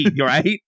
right